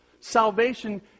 Salvation